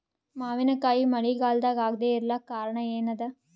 ಮಾವಿನಕಾಯಿ ಮಳಿಗಾಲದಾಗ ಆಗದೆ ಇರಲಾಕ ಕಾರಣ ಏನದ?